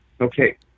Okay